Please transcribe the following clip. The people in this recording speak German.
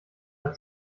der